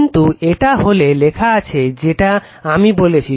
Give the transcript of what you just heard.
কিন্তু এটা এখানে লেখা আছে যেটা আমি বলেছি